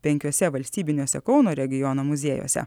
penkiuose valstybiniuose kauno regiono muziejuose